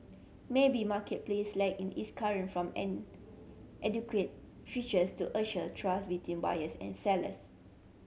maybe Marketplace lack in its current from adequate features to assure trust between buyers and sellers